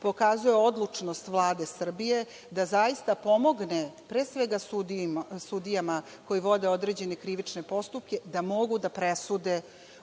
forenziku, odlučnost Vlade Srbije da zaista pomogne, pre svega, sudijama koji vode određene krivične postupke da mogu da presude u korist